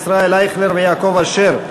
ישראל אייכלר ויעקב אשר,